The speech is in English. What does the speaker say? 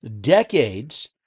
decades